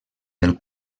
del